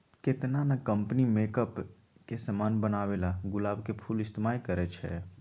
केतना न company makeup के समान बनावेला गुलाब के फूल इस्तेमाल करई छई